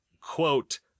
quote